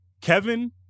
Kevin